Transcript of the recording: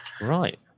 Right